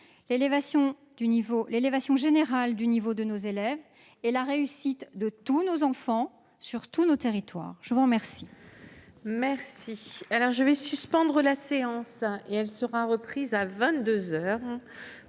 l'élévation générale du niveau de nos élèves et la réussite de tous nos enfants sur tous nos territoires. Nous en